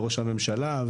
וראש הממשלה,